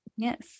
Yes